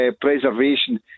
preservation